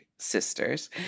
sisters